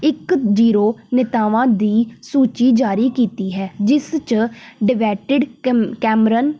ਇੱਕ ਜ਼ੀਰੋ ਨੇਤਾਵਾਂ ਦੀ ਸੂਚੀ ਜਾਰੀ ਕੀਤੀ ਹੈ ਜਿਸ 'ਚ ਡਿਵੈਟਿਡ ਕੈਮ ਕੈਮਰਨ